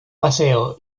paseo